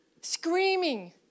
Screaming